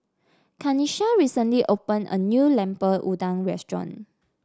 Kanisha recently opened a new Lemper Udang Restaurant